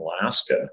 Alaska